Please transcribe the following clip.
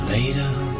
Later